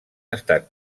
estat